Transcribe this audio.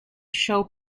show